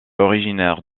originaire